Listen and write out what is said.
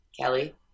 Kelly